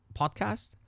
podcast